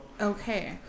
Okay